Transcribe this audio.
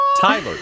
Tyler